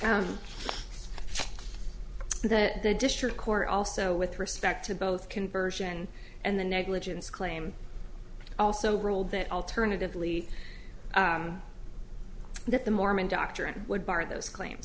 that the district court also with respect to both conversion and the negligence claim also ruled that alternatively that the mormon doctrine would bar those claims